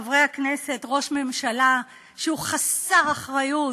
חברי הכנסת, ראש ממשלה שהוא חסר אחריות,